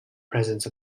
presence